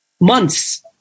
months